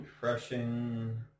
Refreshing